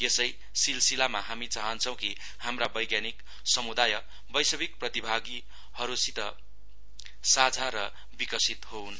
सयै सिलसिलामा हामी चाहन्छौं कि हाम्रा वैज्ञानिक समुदाय वैश्विक प्रतिभाहरूसित साझा र विकसित होउन्